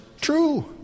true